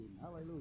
Hallelujah